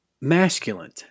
masculine